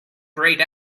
grayed